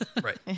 Right